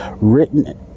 written